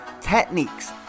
techniques